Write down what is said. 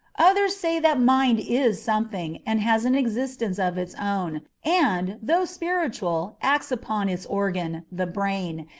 others say that mind is something, and has an existence of its own, and, though spiritual, acts upon its organ, the brain,